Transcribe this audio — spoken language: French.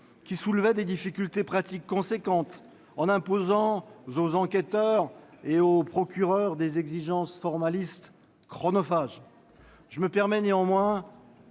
qui soulevait des difficultés pratiques considérables, en imposant aux enquêteurs et aux procureurs des exigences formalistes chronophages. Je me permets néanmoins,